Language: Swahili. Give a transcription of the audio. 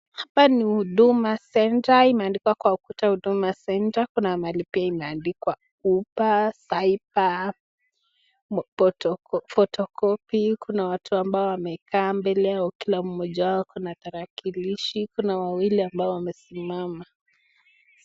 Hapa ni Huduma Centre, imeandikwa kwa ukuta Huduma Centre. Kuna mahali pia imeandikwa uber Cyber, photocopy . Kuna watu ambao wamekaa, mbele yao kila mmoja wao kuna tarakilishi. Kuna wawili ambao wamesimama.